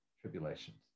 tribulations